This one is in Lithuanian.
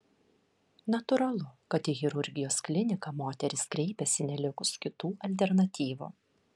natūralu kad į chirurgijos kliniką moterys kreipiasi nelikus kitų alternatyvų